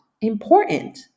important